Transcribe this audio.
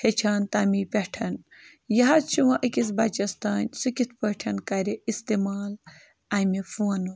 ہیٚچھان تَمی پٮ۪ٹھ یہِ حظ چھُ وۄنۍ أکِس بَچَس تام سُہ کِتھ پٲٹھۍ کَرِ اِستعمال اَمہِ فونُک